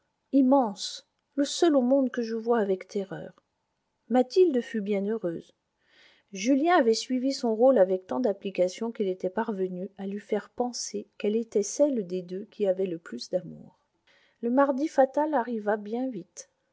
immense le seul au monde que je voie avec terreur mathilde fut bien heureuse julien avait suivi son rôle avec tant d'application qu'il était parvenu à lui faire penser qu'elle était celle des deux qui avait le plus d'amour le mardi fatal arriva bien vite